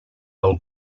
del